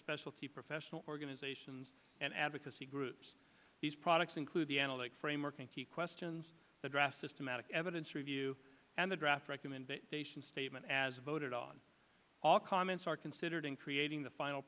subspecialty professional organizations and advocacy groups these products include the analytic framework and key questions the draft systematic evidence review and the draft recommendation statement as voted on all comments are considered in creating the final